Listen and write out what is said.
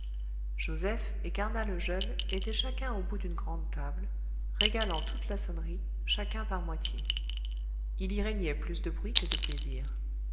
joseph et carnat le jeune étaient chacun au bout d'une grande table régalant toute la sonnerie chacun par moitié il y régnait plus de bruit que de plaisir